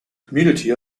community